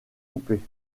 poupée